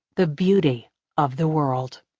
the beauty of the world,